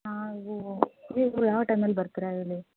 ಹಾಂ ನೀವು ನೀವು ಯಾವ ಟೈಮಲ್ಲಿ ಬರ್ತೀರ ಹೇಳಿ